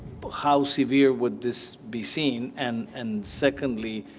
but how severe would this be seen? and and secondly,